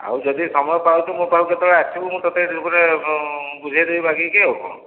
ଆଉ ଯଦି ସମୟ ପାଉଛୁ ମୋ ପାଖକୁ କେତବେଳେ ଆସିବୁ ମୁଁ ତୋତେ ଟିକିଏ ବୁଝେଇ ଦେବି ବାଗେଇକି ଆଉ କ'ଣ